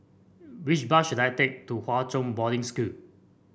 which bus should I take to Hwa Chong Boarding School